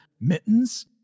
mittens